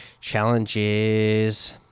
challenges